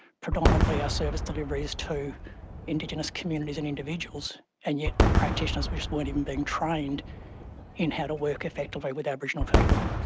predominantly our service delivery is to indigenous communities and individuals, and yet practitioners just weren't even being trained in how to work effectively with aboriginal people.